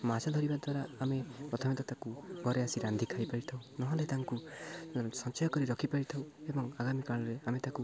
ମାଛ ଧରିବା ଦ୍ୱାରା ଆମେ ପ୍ରଥମେତଃ ତାକୁ ଘରେ ଆସି ରାନ୍ଧି ଖାଇ ପାରିଥାଉ ନହେଲେ ତାଙ୍କୁ ସଞ୍ଚୟ କରି ରଖିପାରିଥାଉ ଏବଂ ଆଗାମୀ କାଳରେ ଆମେ ତାକୁ